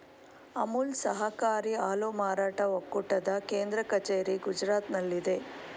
ಅಮುಲ್ ಸಹಕಾರಿ ಹಾಲು ಮಾರಾಟ ಒಕ್ಕೂಟದ ಕೇಂದ್ರ ಕಚೇರಿ ಗುಜರಾತ್ನಲ್ಲಿದೆ